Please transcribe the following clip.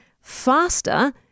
faster